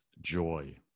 joy